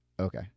okay